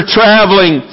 traveling